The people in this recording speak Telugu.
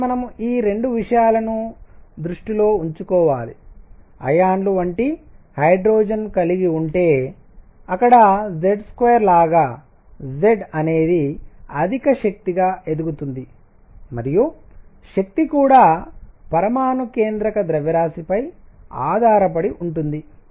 కాబట్టి మనము ఈ 2 విషయాలను దృష్టిలో ఉంచుకోవాలి అయాన్లు వంటి హైడ్రోజన్ కలిగి ఉంటే అక్కడ Z2 లాగా Z అనేది అధిక శక్తి గా ఎదుగుతుంది మరియు శక్తి కూడా పరమాణు కేంద్రక ద్రవ్యరాశి పై ఆధారపడి ఉంటుంది